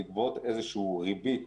לגבות ריבית